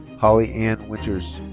holly ann winters.